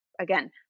again